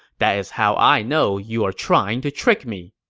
that is how i know you're trying to trick me.